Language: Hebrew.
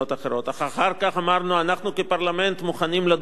אחר כך אמרנו שאנחנו כפרלמנט מוכנים לדון בזה כאן.